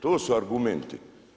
To su argumenti.